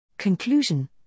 Conclusion